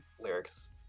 lyrics